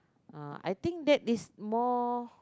uh I think that is more